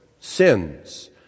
sins